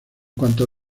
cuanto